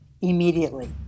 immediately